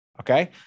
okay